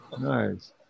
nice